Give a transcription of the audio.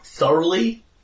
Thoroughly